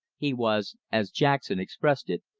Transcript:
he was, as jackson expressed it,